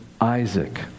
Isaac